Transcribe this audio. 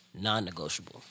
Non-negotiable